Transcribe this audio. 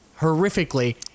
horrifically